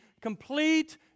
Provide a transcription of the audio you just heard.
complete